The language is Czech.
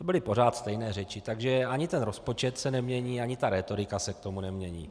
To byly pořád stejné řeči, takže ani ten rozpočet se nemění, ani ta rétorika se k tomu nemění.